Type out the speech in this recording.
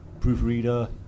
proofreader